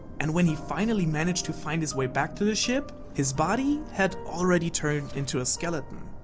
and when he finally managed to find his way back to the ship, his body had already turned into a skeleton.